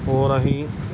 ਹੋਰ ਅਸੀਂ